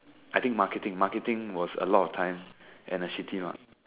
I think marketing marketing was a lot of time and a shifty mark